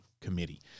committee